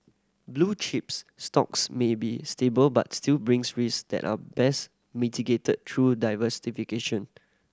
blue chips stocks may be stable but still brings risk that are best mitigated through diversification